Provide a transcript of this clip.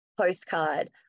Postcard